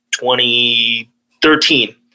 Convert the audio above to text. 2013